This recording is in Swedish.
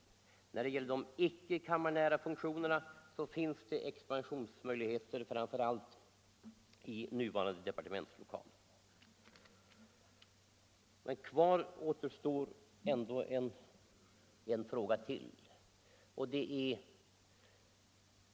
När det gäller de icke kammarnära funktionerna finns det expansionsmöjligheter framför allt i nuvarande departementslokaler. Kvar står dock ännu en fråga.